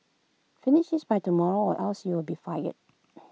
finish this by tomorrow or else you'll be fired